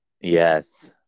Yes